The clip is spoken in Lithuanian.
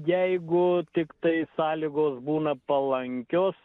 jeigu tiktai sąlygos būna palankios